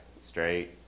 straight